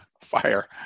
fire